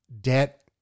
debt